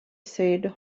said